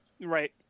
Right